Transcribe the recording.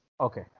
Okay